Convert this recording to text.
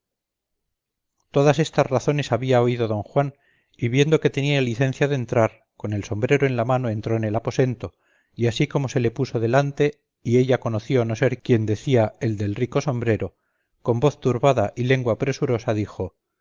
todas estas razones había oído don juan y viendo que tenía licencia de entrar con el sombrero en la mano entró en el aposento y así como se le puso delante y ella conoció no ser quien decía el del rico sombrero con voz turbada y lengua presurosa dijo